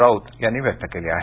राऊत यांनी व्यक्त केली आहे